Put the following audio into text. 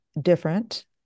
different